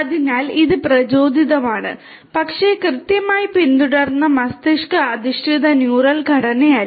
അതിനാൽ ഇത് പ്രചോദിതമാണ് പക്ഷേ കൃത്യമായി പിന്തുടരുന്ന മസ്തിഷ്ക അധിഷ്ഠിത ന്യൂറൽ ഘടനയല്ല